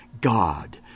God